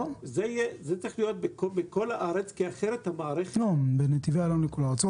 זה צריך להיות בכל הארץ כי אחרת המערכת --- בנתיבי איילון לכל הארץ.